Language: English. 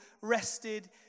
rested